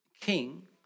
king